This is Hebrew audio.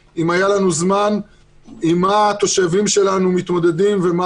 אם יש שאלות, אני